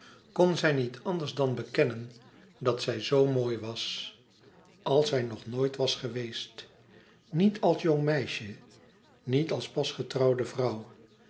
kon zij zich niet anders dan bekennen dat zij zoo mooi was als zij nog nooit was geweest niet als jong meisje niet als pas getrouwde vrouw